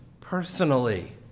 personally